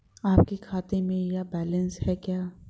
आपके खाते में यह बैलेंस है क्या?